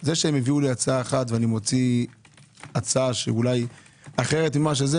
זה שהם הביאו לי הצעה אחת ואני מוציא הצעה שאולי אחרת ממה שזה